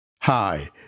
Hi